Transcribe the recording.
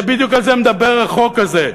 בדיוק על זה מדבר החוק הזה.